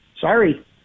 Sorry